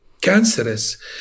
cancerous